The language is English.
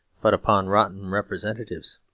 but upon rotten representatives.